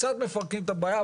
קצת מפרקים את הבעיה,